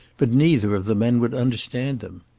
but neither of the men would understand them.